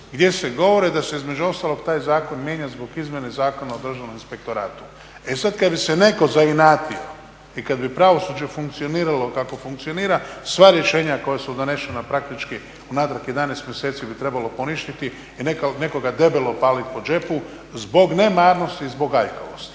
gdje se govori da se između ostalog taj zakon mijenja zbog izmjene Zakona o državnom inspektoratu. E sad kad bi se neko zainatio, i kad bi pravosuđe funkcioniralo kako funkcionira sva rješenja koja su donešena praktički u natrag 11 mjeseci bi trebalo poništiti i nekoga debelo opaliti po džepu zbog nemarnosti i zbog aljkavosti.